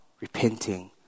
repenting